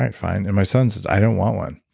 right, fine. and my son says, i don't want one.